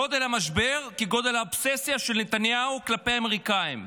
גודל המשבר כגודל האובססיה של נתניהו כלפי האמריקאים.